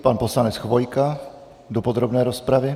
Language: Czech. Pan poslanec Chvojka do podrobné rozpravy.